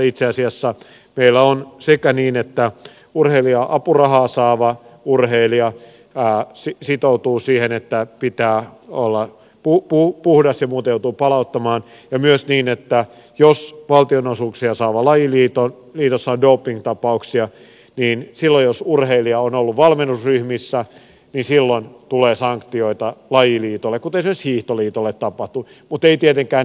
itse asiassa meillä on sekä niin että urheilija apurahaa saava urheilija sitoutuu siihen että pitää olla puhdas muuten joutuu rahat palauttamaan että myös niin että jos valtionosuuksia saavassa lajiliitossa on dopingtapauksia niin jos urheilija on ollut valmennusryhmissä silloin tulee sanktioita lajiliitolle kuten esimerkiksi hiihtoliitolle tapahtui